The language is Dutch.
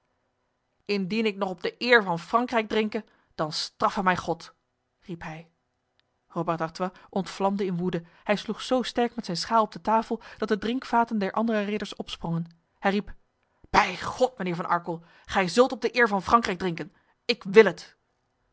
indien ik nog op de eer van frankrijk drinke dan straffe mij god riep hij robert d'artois ontvlamde in woede hij sloeg zo sterk met zijn schaal op de tafel dat de drinkvaten der andere ridders opsprongen hij riep bij god mijnheer van arkel gij zult op de eer van frankrijk drinken ik wil het